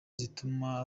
zituma